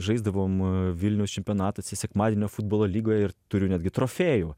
žaisdavom vilniaus čempionatuose sekmadienio futbolo lygoje ir turiu netgi trofėjų